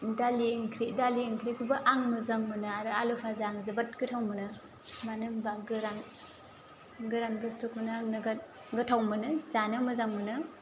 दालि ओंख्रि दालि ओंख्रिखौबो आं मोजां मोनो आरो आलु फाजा आं जोबोद गोथाव मोनो मानो होमबा गोरान गोरान बुस्थुखौनो आं नोगोद गोथाव मोनो जानो मोजां मोनो